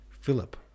Philip